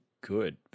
good